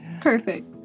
Perfect